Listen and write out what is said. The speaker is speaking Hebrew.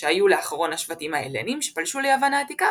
שהיו לאחרון השבטים ההלנים שפלשו ליוון העתיקה